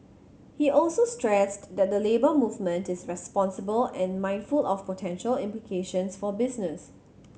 he also stressed that the Labour Movement is responsible and mindful of potential implications for business